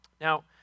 Now